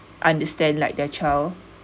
understand like their child